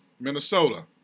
Minnesota